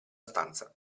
stanza